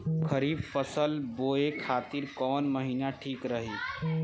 खरिफ फसल बोए खातिर कवन महीना ठीक रही?